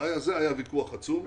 על זה היה ויכוח עצום.